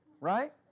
right